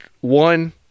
one